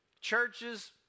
churches